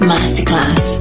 Masterclass